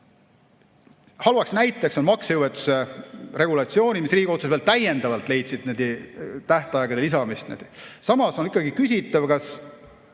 Halb näide on maksejõuetuse regulatsioonid, mis Riigikogus veel täiendavalt on leidnud tähtaegade lisamist. Samas on ikkagi küsitav, kas